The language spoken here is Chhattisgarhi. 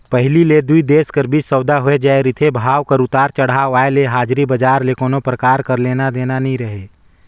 पहिली ले दुई देश कर बीच सउदा होए जाए रिथे, भाव कर उतार चढ़ाव आय ले हाजरी बजार ले कोनो परकार कर लेना देना नी रहें